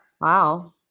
Wow